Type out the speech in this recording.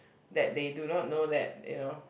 that they do not know that you know